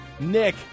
Nick